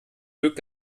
glück